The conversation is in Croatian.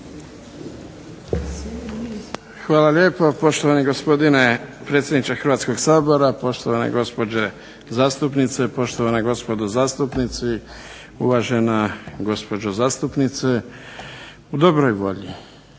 Hvala lijepo poštovani gospodine predsjedniče Hrvatskog sabora, poštovane gospođe zastupnice, poštovana gospodo zastupnici. Uvažena gospođo zastupnice u dobroj volji